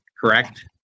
correct